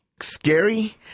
scary